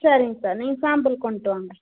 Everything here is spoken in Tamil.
சரிங்க சார் நீங்கள் சாம்பிள் கொண்டுட்டு வாங்க